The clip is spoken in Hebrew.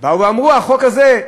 באו ואמרו: החוק הזה,